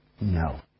no